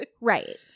Right